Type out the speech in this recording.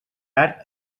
art